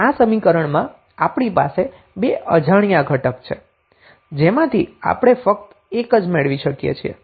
આ સમીકરણમાં આપણી પાસે બે અજાણ્યા ઘટક છે જેમાંથી આપણે ફક્ત એક જ મેળવી શકીએ છીએ